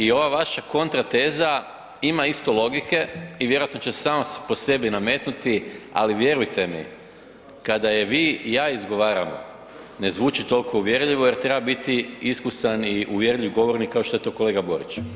I ova vaša kontrateza ima isto logike i vjerojatno će se sama po sebi nametnuti, ali vjerujte mi kada je vi i ja izgovaramo ne zvuči toliko uvjerljivo jer treba biti iskusan i uvjerljiv govornik kao što je to kolega Borić.